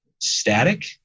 static